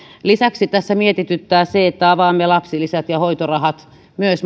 lisäksi tässä mietityttää se että avaamme lapsilisät ja hoitorahat myös